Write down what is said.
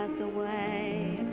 the way.